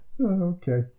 okay